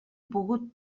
pogut